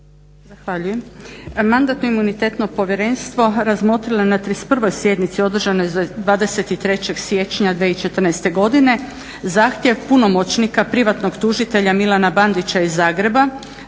Zahvaljujem. Mandatno-imunitetno povjerenstvo je razmotrilo na 31. sjednici održanoj 23. siječnja 2014. godine zahtjev punomoćnika privatnog tužitelja Milana Bandića iz Zagreba